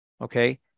Okay